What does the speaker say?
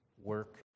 work